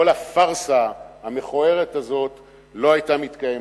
כל הפארסה המכוערת הזאת לא היתה מתקיימת.